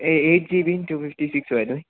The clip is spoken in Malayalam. എയ്റ്റ് ജി ബിയും റ്റൂ ഫിഫ്റ്റി സിക്സുമായിരുന്നു